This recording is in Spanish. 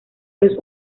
los